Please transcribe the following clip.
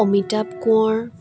Amitabh Konwar